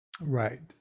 Right